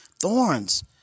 thorns